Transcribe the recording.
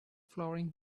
flowering